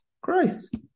Christ